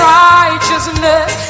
righteousness